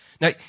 Now